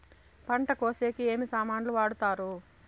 పంట కోసేకి ఏమి సామాన్లు వాడుతారు?